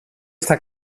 está